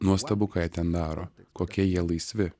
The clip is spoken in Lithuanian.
nuostabu ką jie ten daro kokie jie laisvi